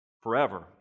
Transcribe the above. forever